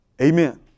Amen